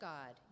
God